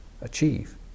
achieve